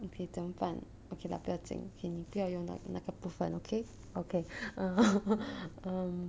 okay 怎么办 okay lah 不要紧 okay 你不要用到那个部分 okay okay um um